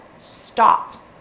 stop